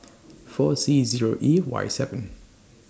four C Zero E Y seven